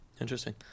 Interesting